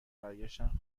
برگشتن